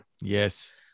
Yes